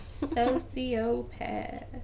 Sociopath